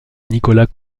nicolas